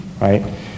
right